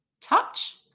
Touch